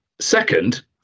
Second